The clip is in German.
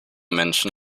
menschen